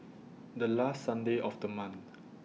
The last Sunday of The month